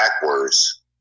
backwards